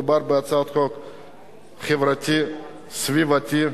מדובר בהצעת חוק חברתית, סביבתית,